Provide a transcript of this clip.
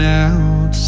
out